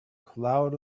cloud